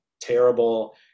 terrible